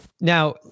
Now